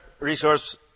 resource